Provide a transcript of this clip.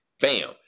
Bam